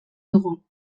dugu